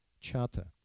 Charter